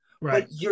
Right